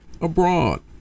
abroad